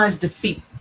defeat